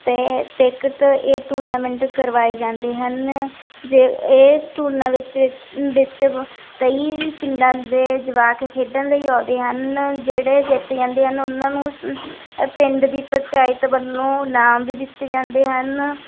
ਅਤੇ ਕ੍ਰਿਕਟ ਇਹ ਟੂਰਨਾਮੈਂਟ ਕਰਵਾਏ ਜਾਂਦੇ ਹਨ ਜੇ ਇਹ ਟੂਰਨਾ ਵਿੱਚ ਵਿੱਚ ਵਿੱਚ ਬ ਕਈ ਪਿੰਡਾਂ ਦੇ ਜਵਾਕ ਖੇਡਣ ਲਈ ਆਉਂਦੇ ਹਨ ਜਿਹੜੇ ਜਿੱਤ ਜਾਂਦੇ ਹਨ ਉਹਨਾਂ ਨੂੰ ਸ ਇਹ ਪਿੰਡ ਦੀ ਪੰਚਾਇਤ ਵੱਲੋਂ ਇਨਾਮ ਵੀ ਦਿੱਤੇ ਜਾਂਦੇ ਹਨ